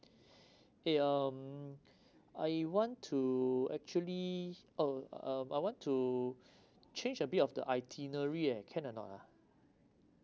eh um I want to actually oh um I want to change a bit of the itinerary eh can or not ah